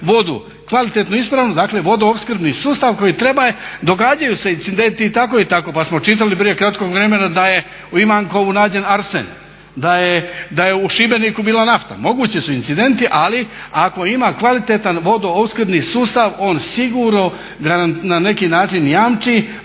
vodu kvalitetnu, ispravnu, dakle vodoopskrbni sustav koji treba je, događaju se incidenti i tako i tako. Pa smo čitali prije kratkog vremena da je u Ivankovu nađen arsen, da je u Šibeniku bila nafta, mogući su incidenti ali ako ima kvalitetan vodoopskrbni sustav on sigurno na neki način jamči